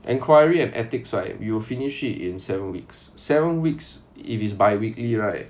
inquiry and ethics right we will finish it in seven weeks seven weeks if it's bi-weekly right